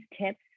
tips